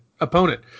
opponent